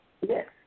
Yes